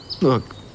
Look